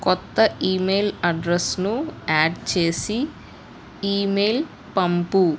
కొత్త ఇమెయిల్ అడ్రస్ను యాడ్ చేసి ఇమెయిల్ పంపు